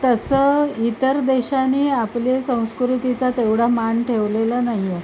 तसं इतर देशाने आपल्या संस्कृतीचा तेवढा मान ठेवलेलं नाहीये